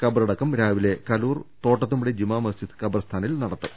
കബറടക്കം രാവിലെ കലൂർ തോട്ടത്തുംപടി ജുമാ മസ്ജിദ് ഖബർസ്ഥാനിൽ നടത്തും